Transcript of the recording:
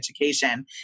education